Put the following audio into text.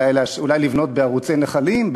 אולי לבנות בערוצי נחלים,